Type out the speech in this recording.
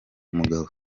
mugabo